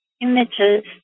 images